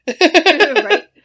Right